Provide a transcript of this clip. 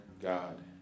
God